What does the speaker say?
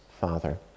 Father